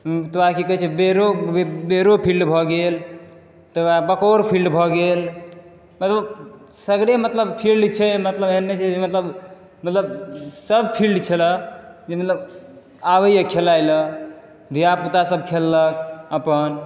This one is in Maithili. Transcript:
तकरबाद की कहै छै बेरो फील्ड भ गेल तकरबाद बकौर फील्ड भ गेल मतलब सगरे मतलब फील्ड छै मतलब एहन नै छै जे मतलब सब फील्ड छलऽ जे मतलब आबैय खेलाइ लऽ धियापुता खेललक अपन